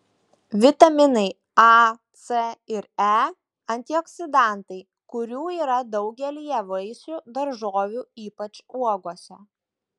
vitaminai a c ir e antioksidantai kurių yra daugelyje vaisių daržovių ypač uogose